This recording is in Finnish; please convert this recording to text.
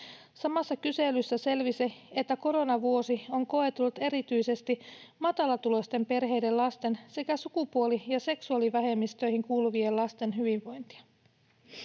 Samassa kyselyssä selvisi, että koronavuosi on koetellut erityisesti matalatuloisten perheiden lasten sekä sukupuoli- ja seksuaalivähemmistöihin kuuluvien lasten hyvinvointia.